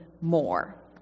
more